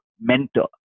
mentor